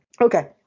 Okay